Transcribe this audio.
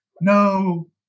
No